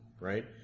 right